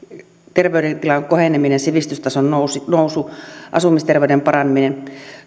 terveydentilan koheneminen sivistystason nousu asumisterveyden paraneminen